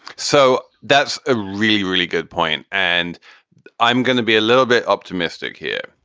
so that's a really, really good point. and i'm going to be a little bit optimistic here,